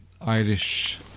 Irish